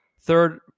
third